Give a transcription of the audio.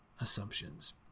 assumptions